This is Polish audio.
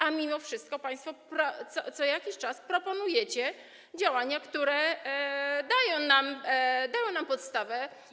A mimo wszystko państwo co jakiś czas proponujecie działania, które dają nam podstawę.